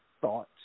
thoughts